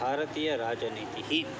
भारतीयराजनीतिः